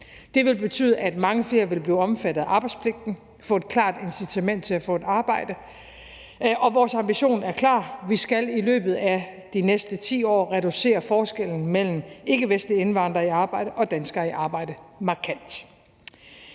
Det vil betyde, at mange flere vil blive omfattet af arbejdspligten, få et klart incitament til at få et arbejde, og vores ambition er klar: Vi skal i løbet af de næste 10 år reducere forskellen mellem ikkevestlige indvandrere i arbejde og danskere i arbejde markant.